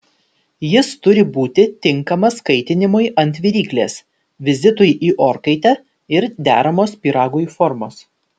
jis turi būti tinkamas kaitinimui ant viryklės vizitui į orkaitę ir deramos pyragui formos